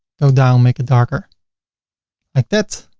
go down, make it darker like that.